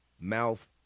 mouth